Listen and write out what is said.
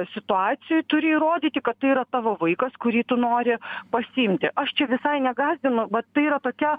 situacijoj turi įrodyti kad tai yra tavo vaikas kurį tu nori pasiimti aš čia visai negąsdinu va tai yra tokia